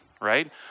right